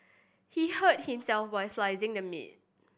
he hurt himself while slicing the meat